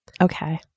Okay